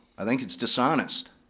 i think it's dishonest.